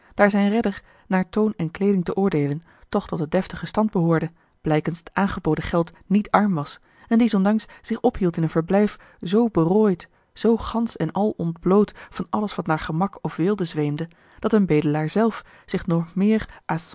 daar zijn redder naar toon en kleeding te oordeelen toch tot den deftigen stand behoorde blijkens het aangeboden geld niet arm was en diesondanks zich ophield in een verblijf zoo berooid zoo gansch en al ontbloot van alles wat naar gemak of weelde zweemde dat een bedelaar zelfs zich nog meer